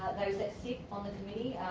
those that sit on the committee,